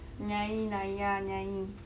nyanyi narya nyanyi